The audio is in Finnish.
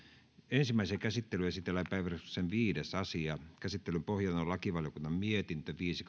ensimmäiseen käsittelyyn esitellään päiväjärjestyksen viides asia käsittelyn pohjana on lakivaliokunnan mietintö viisi